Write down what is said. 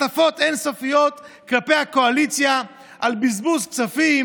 הטפות אין-סופיות כלפי הקואליציה על בזבוז כספים,